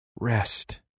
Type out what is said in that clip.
rest